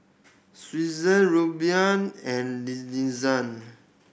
Srinivasa Renu and Nadesan